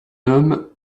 homme